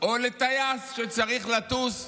או לטייס שצריך לטוס במב"מ,